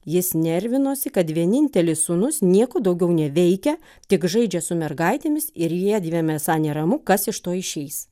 jis nervinosi kad vienintelis sūnus nieko daugiau neveikia tik žaidžia su mergaitėmis ir jiedviem esą neramu kas iš to išeis